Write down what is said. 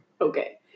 Okay